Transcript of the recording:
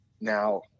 now